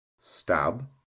Stab